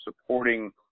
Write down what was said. supporting